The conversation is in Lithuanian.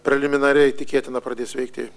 preliminariai tikėtina pradės veikti